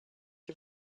you